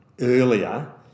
earlier